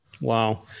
Wow